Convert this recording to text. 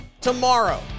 tomorrow